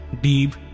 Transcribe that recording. deep